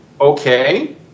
okay